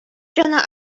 жана